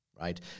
right